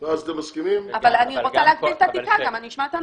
אני אשמע את הנוסח.